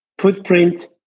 footprint